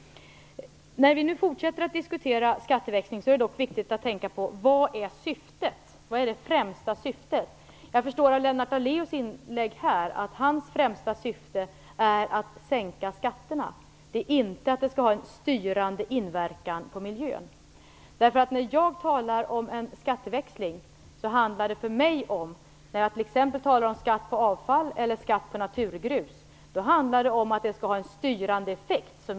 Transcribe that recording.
När vi nu fortsätter att diskutera skatteväxling är det dock viktigt att tänka på vilket som är det främsta syftet. Jag förstår av Lennart Daléus inlägg här att hans främsta syfte är att sänka skatterna och inte att det skall ha styrande inverkan på miljön. När jag talar om skatteväxling - t.ex. skatt på avfall eller naturgrus - handlar det för mig om att det skall ha en styrande effekt.